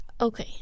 Okay